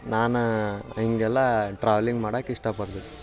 ನಾನು ಹೀಗೆಲ್ಲ ಟ್ರಾವೆಲಿಂಗ್ ಮಾಡಕ್ಕೆ ಇಷ್ಟಪಡ್ತೀನಿ